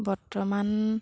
বৰ্তমান